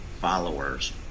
followers